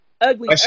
ugly